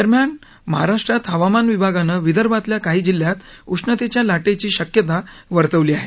दरम्यान महाराष्ट्रात हवामान विभागानं विदर्भातल्या काही जिल्ह्यात उष्णतेच्या लाटेची शक्यता वर्तवली आहे